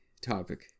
topic